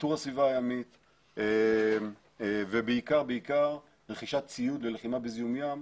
ניטור הסביבה הימית ובעיקר רכישת ציוד ללחימה בזיהום ים,